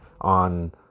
on